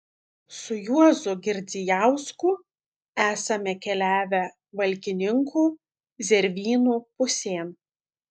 su juozu girdzijausku esame keliavę valkininkų zervynų pusėn